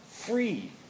free